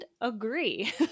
agree